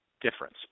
difference